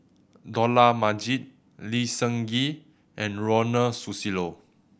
Dollah Majid Lee Seng Gee and Ronald Susilo